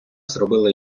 зробило